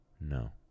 no